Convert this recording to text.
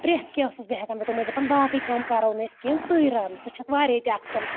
پرٛؠتھ کینٛہہ ٲسٕس بہٕ ہؠکَان بہٕ تِم ٲسۍ دَپَان باقٕے کٲم کَرو نہٕ أسۍ کینٛہہ ژٕے رَن ژٕ چھَکھ واریاہ تہِ اَصٕل